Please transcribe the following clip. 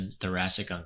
thoracic